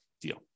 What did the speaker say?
deal